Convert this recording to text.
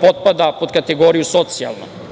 potpada pod kategoriju socijalno.